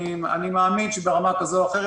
אני מאמין שברמה כזו או אחרת,